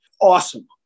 Awesome